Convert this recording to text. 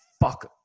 fuck